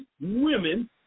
women